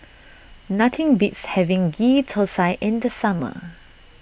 nothing beats having Ghee Thosai in the summer